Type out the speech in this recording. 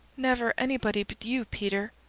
never anybody but you, peter.